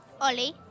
Ollie